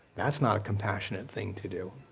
that's not a compassionate thing to do.